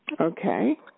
Okay